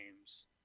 games